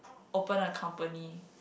open a company